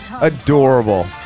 adorable